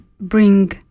bring